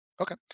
Okay